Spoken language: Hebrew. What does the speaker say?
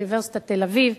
אוניברסיטת תל-אביב,